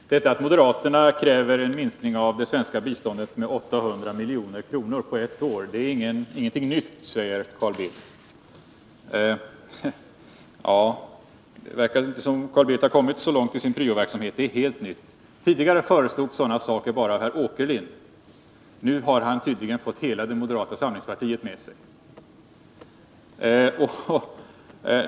Herr talman! Detta att moderaterna kräver en minskning av det svenska biståndet med 800 milj.kr. på ett år är ingenting nytt, säger Carl Bildt. Det verkar inte som om Carl Bildt har kommit så långt i sin pryoverksamhet i utrikesutskottet. Detta är helt nytt. Tidigare föreslogs sådana saker bara av herr Åkerlind. Nu har han tydligen fått hela moderata samlingspartiet med sig.